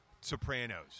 Sopranos